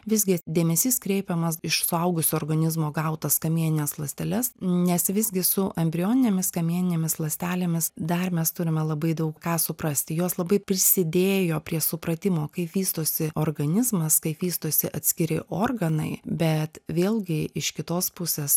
visgi dėmesys kreipiamas iš suaugusio organizmo gautas kamienines ląsteles nes visgi su embrioninėmis kamieninėmis ląstelėmis dar mes turime labai daug ką suprasti jos labai prisidėjo prie supratimo kaip vystosi organizmas kaip vystosi atskiri organai bet vėlgi iš kitos pusės